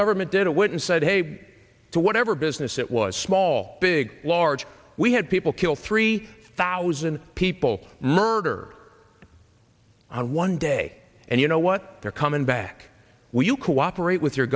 government did it went and said hey to whatever business it was small big large we had people kill three thousand people will murder one day and you know what they're coming back will you cooperate with your